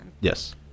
Yes